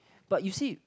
but you see